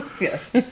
Yes